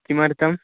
किमर्थम्